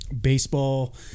baseball